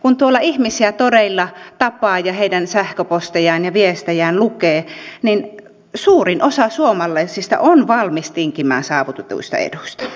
kun ihmisiä tuolla toreilla tapaa ja heidän sähköpostejaan ja viestejään lukee niin suurin osa suomalaisista on valmiita tinkimään saavutetuista eduista